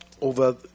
over